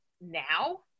now